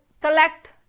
collect